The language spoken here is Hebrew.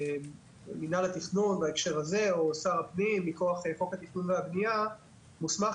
מינהל התכנון או שר הפנים מכוח חוק התכנון והבנייה מוסמך